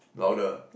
louder